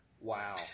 Wow